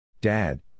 Dad